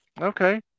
Okay